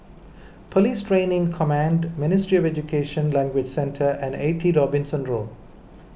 Police Training Command Ministry of Education Language Centre and eighty Robinson Road